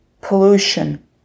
pollution